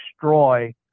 destroy